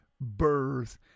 birth